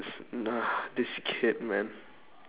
this this kid man